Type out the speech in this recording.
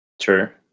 Sure